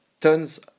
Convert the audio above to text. tons